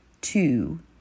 Two